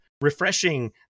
refreshing